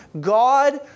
God